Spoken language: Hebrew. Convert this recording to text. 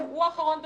הוא האחרון בשרשרת.